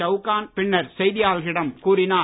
சவுகான் பின்னர் செய்தியாளர்களிடம் கூறினார்